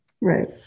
right